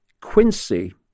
Quincy